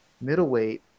Middleweight